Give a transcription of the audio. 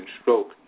stroke